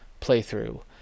playthrough